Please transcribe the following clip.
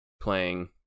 playing